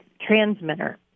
transmitter